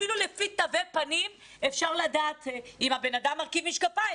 אפילו לפי תווי פנים אפשר לדעת אם הבן אדם מרכיב משקפיים,